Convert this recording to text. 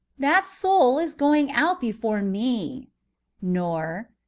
that soul is going out before me nor,